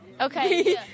Okay